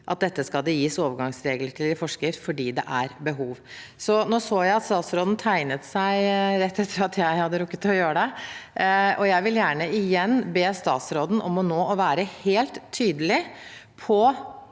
at det skal gis overgangsregler i forskrift, fordi det er behov. Nå så jeg at statsråden tegnet seg rett etter at jeg hadde gjort det, og jeg vil gjerne igjen be statsråden om nå å være helt tydelig på